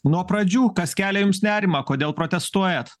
nuo pradžių kas kelia jums nerimą kodėl protestuojat